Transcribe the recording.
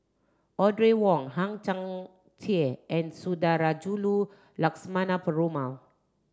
Audrey Wong Hang Chang Chieh and Sundarajulu Lakshmana Perumal